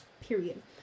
period